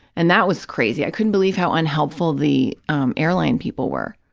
and that was crazy. i couldn't believe how unhelpful the um airline people were.